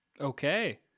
Okay